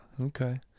okay